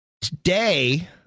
today